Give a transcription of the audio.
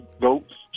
goats